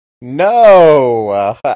No